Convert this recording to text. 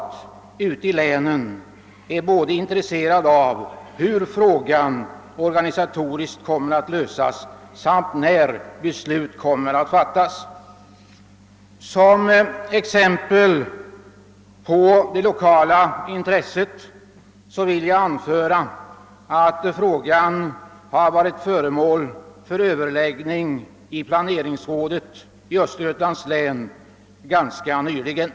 Ute i länen är man intresserad av både hur denna fråga organisatoriskt kommer att lösas och när beslut kommer att fattas. Som exempel på det 1okala intresset vill jag anföra att frågan har varit föremål för överläggning i planeringsrådet i Östergötlands län ganska nyligen.